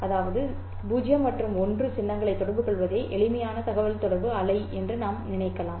அதாவது 0 மற்றும் 1 சின்னங்களை தொடர்புகொள்வதே எளிமையான தகவல்தொடர்பு அலை என்று நாம் நினைக்கலாம்